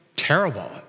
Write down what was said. terrible